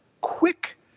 quick